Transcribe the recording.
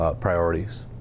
priorities